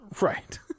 Right